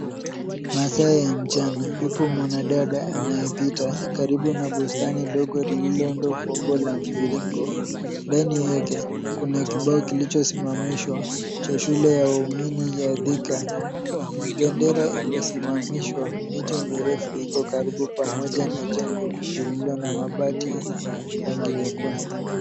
Masaa ya mchana yupo mwanadada anayepita karibu na bustani ndogo liloundwa kwa umbo la mviringo, ndani yake kuna kibao kilichosimamishwa cha shule ya waumini ya Thika. Bendera imesimamishwa, miti mirefu iko karibu pamoja na jengo lilo na mabati ya rangi nyekundu.